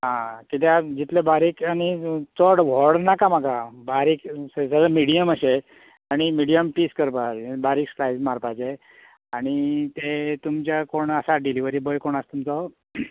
कित्याक जितले बारीक आनी चड व्हड नाका म्हाका बारीक मिडियम अशें आनी मिडियम पीस करपाक बारीक स्लायस मारपाचे आनी ते तुमच्या कोण आसा डिलिवरी बॉय कोण आसा तुमचो